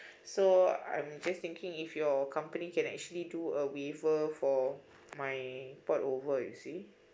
so I'm just thinking if your company can actually do a waiver for my port over you see